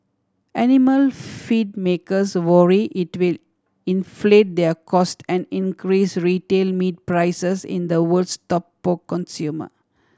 animal feed makers worry it will inflate their cost and increase retail meat prices in the world's top pork consumer